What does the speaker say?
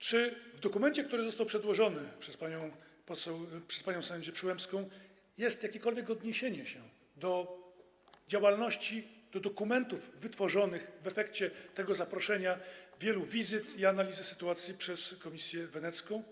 Czy w dokumencie, który został przedłożony przez panią sędzię Przyłębską, jest jakiekolwiek odniesienie się do działalności, do dokumentów wytworzonych w efekcie tego zaproszenia, wielu wizyt i analizy sytuacji przez Komisję Wenecką?